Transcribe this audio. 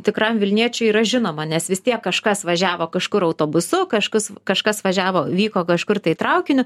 tikram vilniečiui yra žinoma nes vis tiek kažkas važiavo kažkur autobusu kažkas kažkas važiavo vyko kažkur tai traukiniu